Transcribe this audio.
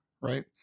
right